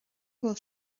bhfuil